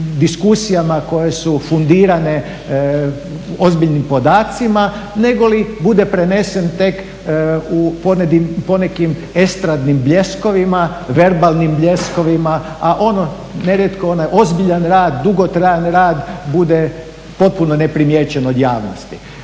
diskusijama koje su fundirane ozbiljnim podacima negoli bude prenesen tek u ponekim estradnim bljeskovima, verbalnim bljeskovima, a ono nerijetko onaj ozbiljan i dugotrajan rad bude potpuno neprimijećen od javnosti.